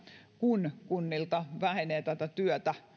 kun kunnilta vähenee tätä työtä